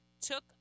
took